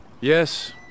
Yes